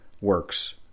works